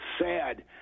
sad